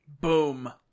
Boom